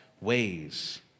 ways